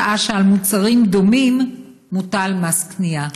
שעה שעל מוצרים דומים מוטל מס קנייה?